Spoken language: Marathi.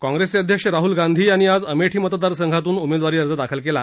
काँग्रस्तीअध्यक्ष राहल गांधी यांनी आज अमरीी मतदारसंघातून उमध्वारी अर्ज दाखल केला